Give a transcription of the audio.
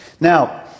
now